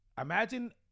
imagine